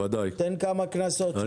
תן כמה קנסות כדי שיתעוררו.